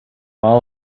all